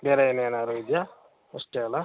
ಬೇರೆ ಇನ್ನೇನಾದ್ರು ಇದೆಯಾ ಅಷ್ಟೇ ಅಲ್ವಾ